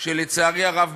שלצערי הרב,